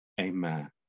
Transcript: Amen